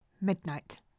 Midnight